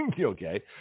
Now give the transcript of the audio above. Okay